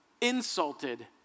insulted